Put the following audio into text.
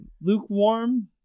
Lukewarm